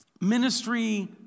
ministry